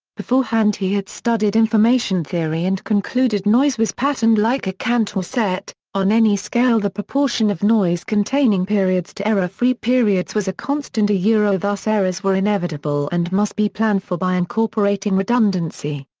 beforehand he had studied information theory and concluded noise was patterned like a cantor set on any scale the proportion of noise-containing periods to error-free periods was a constant ah thus errors were inevitable and must be planned for by incorporating redundancy.